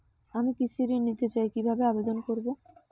আমি কৃষি ঋণ নিতে চাই কি ভাবে আবেদন করব?